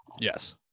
Yes